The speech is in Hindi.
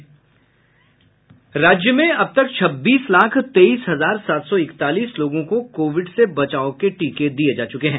राज्य में अब तक छब्बीस लाख तेईस हजार सात सौ इकतालीस लोगों को कोविड से बचाव के टीके दिये जा चुके हैं